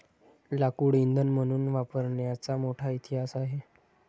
लाकूड इंधन म्हणून वापरण्याचा मोठा इतिहास आहे